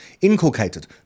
inculcated